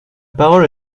parole